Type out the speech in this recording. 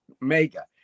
mega